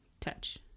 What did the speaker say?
touch